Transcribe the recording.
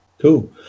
cool